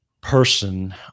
person